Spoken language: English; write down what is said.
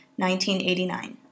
1989